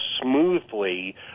smoothly